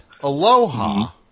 Aloha